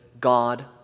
God